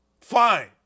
fine